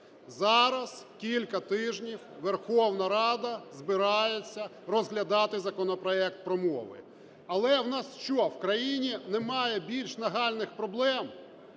Зараз кілька тижнів Верховна Рада збирається розглядати законопроект про мову. Але у нас що, в країні немає більш нагальних проблем?